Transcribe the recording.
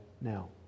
now